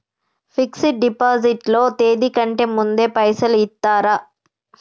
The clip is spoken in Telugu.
ఫిక్స్ డ్ డిపాజిట్ లో తేది కంటే ముందే పైసలు ఇత్తరా?